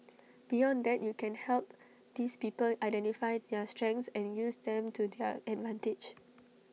beyond that you can help these people identify their strengths and use them to their advantage